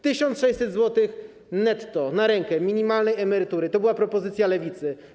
1600 zł netto na rękę minimalnej emerytury to była propozycja Lewicy.